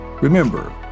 Remember